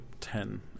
ten